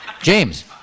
James